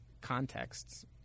contexts